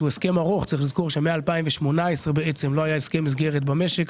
צריך לזכור שמ-2018 לא היה הסכם מסגרת במשק.